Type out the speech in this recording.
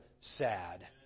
sad